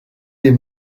les